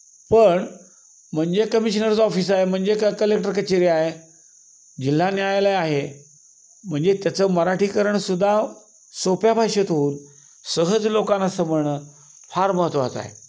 पण म्हणजे कमिशनरचं ऑफिस आहे म्हणजे काय कलेक्टर कचेरी आहे जिल्हा न्यायालय आहे म्हणजे त्याचं मराठीकरणसुद्धा सोप्या भाषेतून सहज लोकांना समजणं फार महत्त्वाचं आहे